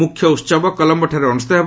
ମୁଖ୍ୟ ଉତ୍ସବ କଲମ୍ବୋଠାରେ ଅନ୍ଦୁଷ୍ଠିତ ହେବ